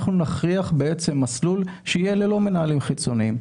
אנחנו נכריח בעצם מסלול שיהיה ללא מנהלים חיצוניים.